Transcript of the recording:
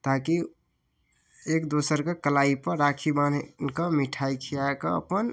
ताकि एक दोसरके कलाइपर राखी बान्हि कऽ मिठाइ खियाकऽ अपन